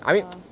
oh